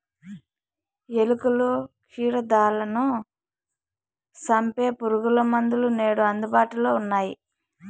ఎలుకలు, క్షీరదాలను సంపె పురుగుమందులు నేడు అందుబాటులో ఉన్నయ్యి